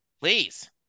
Please